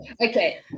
Okay